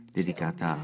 dedicata